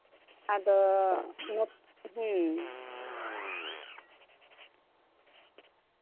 ᱟᱫᱚ ᱦᱩᱸ